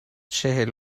چهل